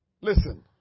Listen